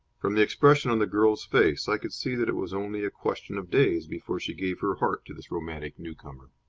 from the expression on the girl's face i could see that it was only a question of days before she gave her heart to this romantic newcomer.